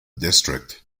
district